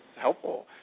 helpful